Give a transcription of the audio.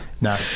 No